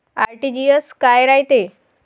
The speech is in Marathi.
आर.टी.जी.एस काय रायते?